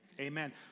Amen